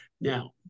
Now